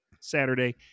saturday